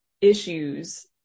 issues